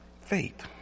faith